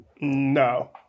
No